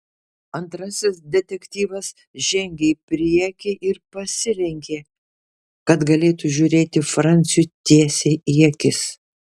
antrasis detektyvas žengė į priekį ir pasilenkė kad galėtų žiūrėti franciui tiesiai į akis